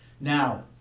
Now